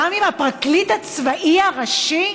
גם עם הפרקליט הצבאי הראשי?